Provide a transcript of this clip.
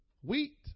Wheat